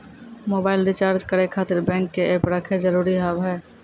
Mobile recharge करे खातिर bank के ऐप रखे जरूरी हाव है?